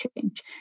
change